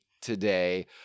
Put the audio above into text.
today